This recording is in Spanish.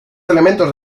elementos